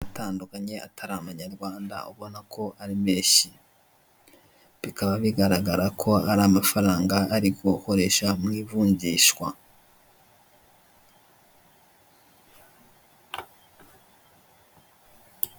Atandukanye atari amanyarwanda ubona ko ari menshi bikaba bigaragara ko ari amafaranga ari gukoreshwa mu ivunjishwa.